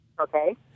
Okay